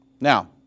Now